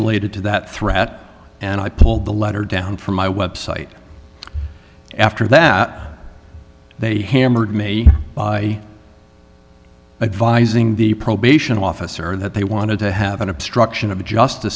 capitulated to that threat and i pulled the letter down from my website after that they hammered me by advising the probation officer that they wanted to have an obstruction of just